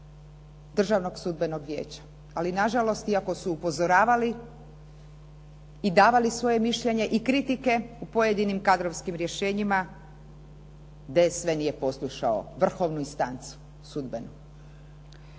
Državnog sudbenog vijeća. Ali nažalost, iako su upozoravali i davali svoje mišljenje i kritike u pojedinim kadrovskim rješenjima, DSV nije poslušao vrhovnu instancu sudbenu.